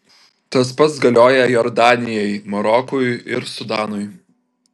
tas pats galioja jordanijai marokui ir sudanui